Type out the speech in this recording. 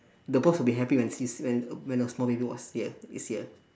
the boss will be happy when he sees when when a small baby was here is here